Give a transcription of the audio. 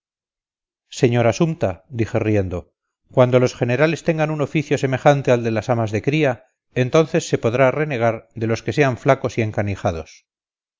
señora sumta dije riendo cuando los generales tengan un oficio semejante al de las amas de cría entonces se podrá renegar de los que sean flacos y